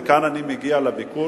וכאן אני מגיע לביקור,